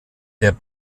der